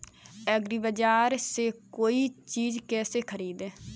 एग्रीबाजार से कोई चीज केसे खरीदें?